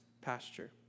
pasture